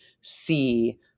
see